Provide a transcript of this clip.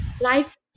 life